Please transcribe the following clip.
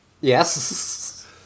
Yes